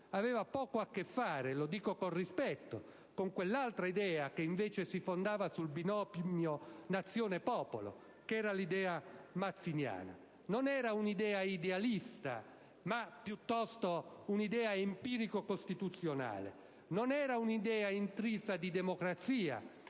aveva poco a che fare - lo dico con rispetto - con un'altra idea che invece si fondava sul binomio nazione-popolo: quella mazziniana. Non era un'idea idealista ma piuttosto un'idea empirico-costituzionale; non era un'idea intrisa di democrazia,